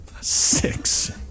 Six